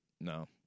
No